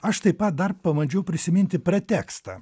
aš taip pat dar pabandžiau prisiminti pretekstą